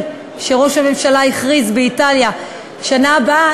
שראש הממשלה הכריז באיטליה בשנה הבאה,